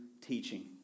teaching